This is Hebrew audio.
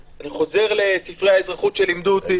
אני חוזר לספרי האזרחות שלימדו אותי